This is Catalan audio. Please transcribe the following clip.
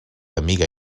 amiga